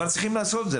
אבל צריכים לעשות את זה,